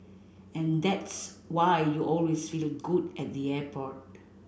and that's why you always feel good at the airport